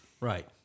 Right